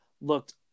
looked